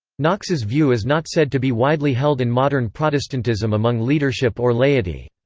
knox's view is not said to be widely held in modern protestantism among leadership or laity.